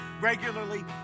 regularly